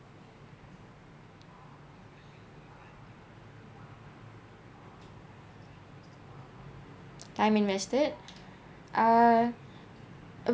time invested uh